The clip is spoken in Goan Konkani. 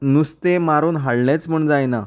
नुस्तें मारून हाळ्ळेंच म्हण जायना